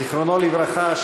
זיכרונו לברכה,